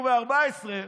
הוא ו-14,